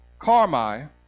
Carmi